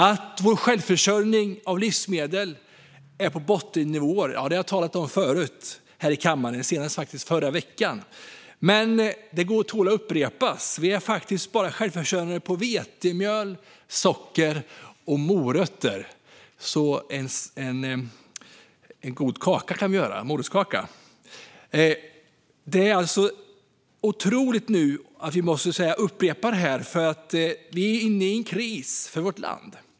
Att vår självförsörjning av livsmedel är på bottennivåer har jag talat om förut här i kammaren, senast förra veckan. Det tål dock att upprepas. Vi är faktiskt bara självförsörjande på vetemjöl, socker och morötter, så en god morotskaka kan vi göra. Det är otroligt att vi måste upprepa detta. Vi är inne i en kris för vårt land.